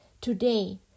Today